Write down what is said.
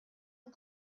and